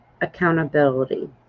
accountability